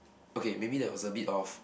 okay maybe that was a bit of